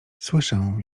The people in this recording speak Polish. słyszę